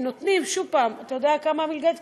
אתה יודע כמה מלגת הקיום?